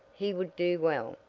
he would do well.